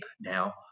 now